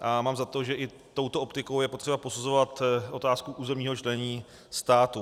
A mám za to, že i touto optikou je potřeba posuzovat otázku územního členění státu.